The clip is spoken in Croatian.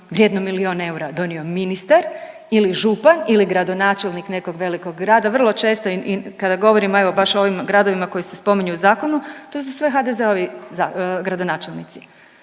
vrijednom milion eura donio ministar ili župan ili gradonačelnik nekog velikog grada. Vrlo često i kada govorimo evo baš o ovim gradovima koji se spominju u zakonu to su sve HDZ-ovi gradonačelnici.